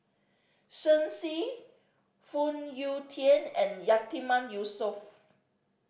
Shen Xi Phoon Yew Tien and Yatiman Yusof